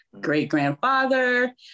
great-grandfather